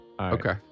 Okay